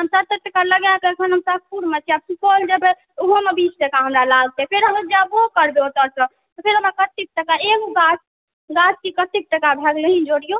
हम सत्तरि टका लागएके अखन हम सुखपुरमे छी आब अखन हम सुपौलमे जेबै ओहोमे बीस टका हमरा लागतै फेरो हम जेबो करबै ओतऽ से तऽ फेर हमरा पच्चीस टका एगो गाछ गाछके कतेक टकाके भऽ गेलै अहीँ जोड़ियो